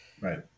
Right